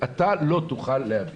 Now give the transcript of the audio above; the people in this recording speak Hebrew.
אתה לא תוכל להביא'.